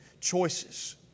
choices